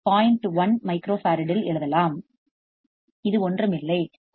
1 மைக்ரோஃபாரடில் எழுதலாம் இது ஒன்றுமில்லை ஆனால் 159